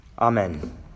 Amen